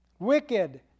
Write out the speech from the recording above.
Wicked